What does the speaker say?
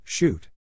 Shoot